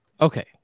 Okay